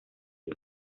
you